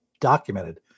documented